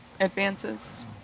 advances